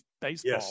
baseball